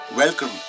Welcome